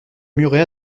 muret